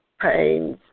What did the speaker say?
pains